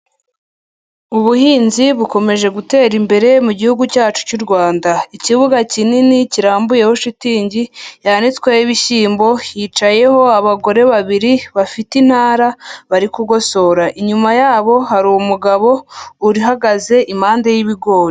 Ubuhinzi bukomeje gutera imbere mu gihugu cyacu cy'u Rwanda. Ikibuga kinini kirambuyeho shitingi yanitsweho ibishyimbo, hicayeho abagore babiri bafite intara bari kugosora. Inyuma yabo hari umugabo uhagaze impande y'ibigori.